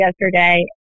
yesterday